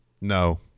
No